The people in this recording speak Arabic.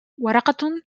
ورقة